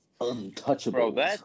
Untouchable